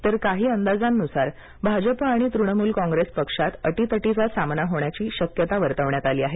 तर काही अंदाजांनुसार भाजप आणि तृणमूल कॉंग्रेस पक्षात अटीतटीच्या सामना होण्याची शक्यता वर्तवण्यात आली आहे